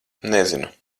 nezinu